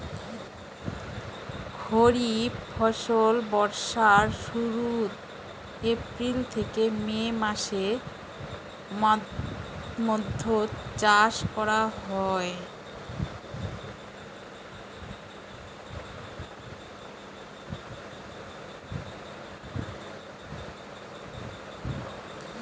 খরিফ ফসল বর্ষার শুরুত, এপ্রিল থেকে মে মাসের মৈধ্যত চাষ করা হই